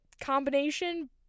combination